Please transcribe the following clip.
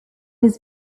his